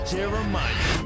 Jeremiah